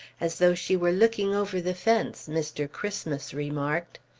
as though she were looking over the fence, mr. christmas remarked.